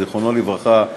זיכרונו לברכה,